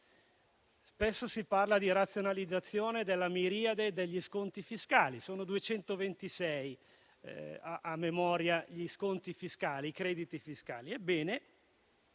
spesso si parla di razionalizzazione della miriade degli sconti fiscali (sono 226, a memoria, i crediti fiscali).